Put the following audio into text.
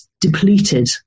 depleted